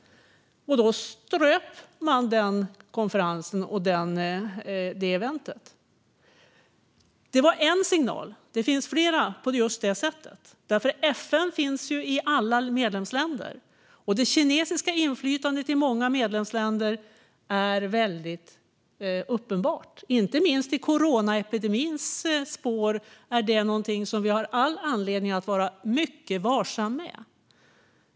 Då ströp man den konferensen och det eventet. Detta var en signal, och det finns fler. FN finns i alla medlemsländer, och det kinesiska inflytandet i många medlemsländer är väldigt uppenbart. Inte minst i coronaepidemins spår är detta något som vi har all anledning att vara mycket varsamma med.